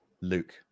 Luke